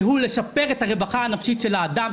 שהיא לשפר את הרווחה הנפשית של האדם,